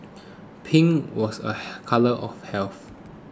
pink was a colour of health